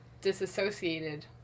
disassociated